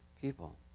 people